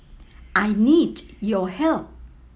I need your help